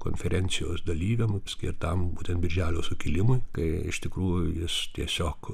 konferencijos dalyviam skirtam būtent birželio sukilimui kai iš tikrųjų jis tiesiog